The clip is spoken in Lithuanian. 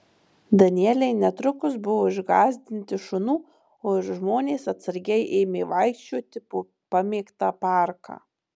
danieliai netrukus buvo išgąsdinti šunų o ir žmonės atsargiai ėmė vaikščioti po pamėgtą parką